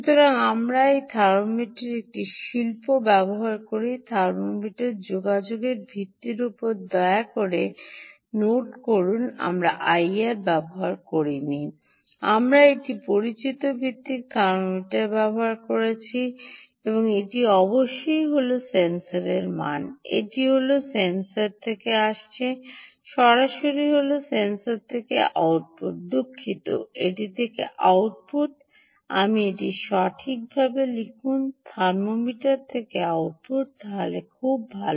সুতরাং আমরা একটি থার্মোমিটার একটি শিল্প ব্যবহার করি থার্মোমিটার যোগাযোগ ভিত্তিক দয়া করে নোট করুন আমরা আইআর ব্যবহার করি নি আমরা একটি পরিচিতি ভিত্তিক থার্মোমিটার ব্যবহার করেছি এবং এটি অবশ্যই হল সেন্সর মান এটি সরাসরি হল সেন্সর থেকে আসছে সরাসরি হল সেন্সর থেকে আউটপুট দুঃখিত এটি থেকে আউটপুট আমি এটি সঠিকভাবে লিখুন থার্মোমিটার থেকে আউটপুট খুব ভাল